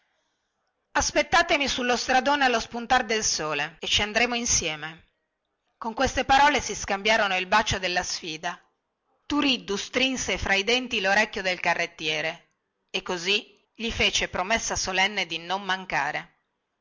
aspettatemi sullo stradone allo spuntar del sole e ci andremo insieme con queste parole si scambiarono il bacio della sfida turiddu strinse fra i denti lorecchio del carrettiere e così gli fece promessa solenne di non mancare